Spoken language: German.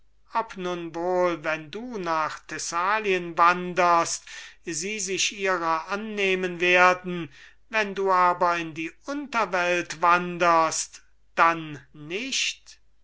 nun wohl wenn du nach thessalien wanderst sie sich ihrer annehmen werden wenn du aber in die unterwelt wanderst dann nicht